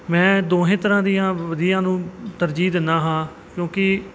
ਮੈਂ ਦੋਹੇ ਤਰ੍ਹਾਂ ਦੀਆਂ ਵਿਧੀਆ ਨੂੰ ਤਰਜੀਹ ਦਿੰਦਾ ਹਾਂ ਕਿਉਂਕਿ